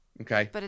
Okay